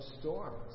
storms